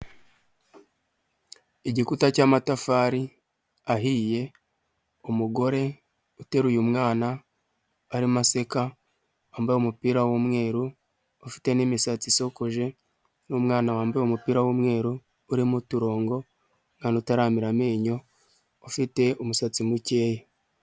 Igikuta cy'amatafari ahiye, umugore uteruye umwana, arimo aseka, wambaye umupira w'umweru, ufite n'imisatsi isokoje, n'umwana wambaye umupira w'umweru, urimo uturongo, umwana utaramera amenyo ufite umusatsi mukeya.